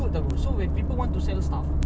puteri aku tak ah kalau kan panas